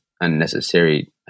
unnecessary